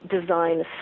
design